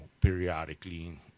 periodically